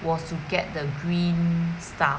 was to get the green stuff